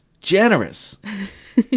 generous